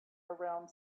around